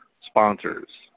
sponsors